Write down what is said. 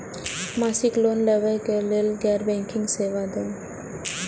मासिक लोन लैवा कै लैल गैर बैंकिंग सेवा द?